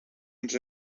ens